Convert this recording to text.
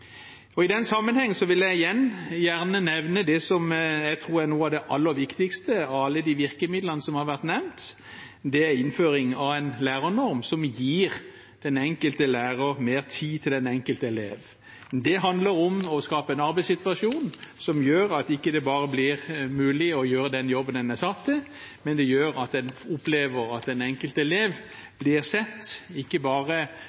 I den sammenheng vil jeg igjen gjerne nevne det som jeg tror er noe av det aller viktigste av alle de virkemidlene som har vært nevnt, og det er innføringen av en lærernorm som gir den enkelte lærer mer tid til den enkelte elev. Det handler om å skape en arbeidssituasjon som gjør at det ikke bare blir mulig å gjøre den jobben en er satt til, men som også gjør at en opplever at den enkelte elev blir sett, ikke bare